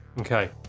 Okay